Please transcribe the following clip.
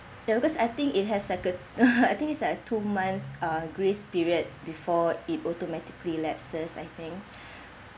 ya because I think it has like a I think it's a two month grace period before it automatically lapses I think